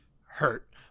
hurt